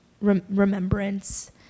remembrance